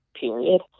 period